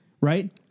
Right